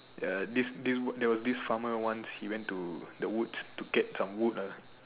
uh this this there was this farmer once he went to the woods to get some wood ah